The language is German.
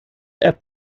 app